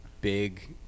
big